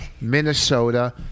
Minnesota